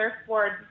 surfboard